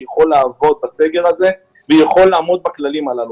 שיכול לעבוד בסגר הזה ויכול לעמוד בכללים הללו.